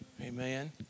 Amen